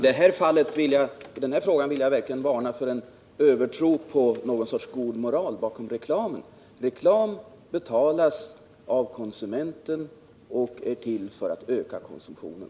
Herr talman! I denna fråga vill jag verkligen varna för övertro på någon sorts god moral bakom reklamen — reklamen betalas av konsumenten och är till för att öka konsumtionen.